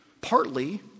Partly